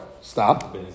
Stop